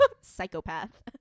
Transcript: psychopath